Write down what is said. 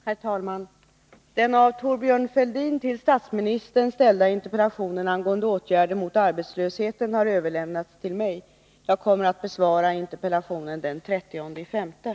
Herr talman! Den av Thorbjörn Fälldin till statsministern ställda interpellationen angående åtgärder mot arbetslösheten har överlämnats till mig. Jag kommer att besvara interpellationen den 30 maj.